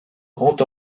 grand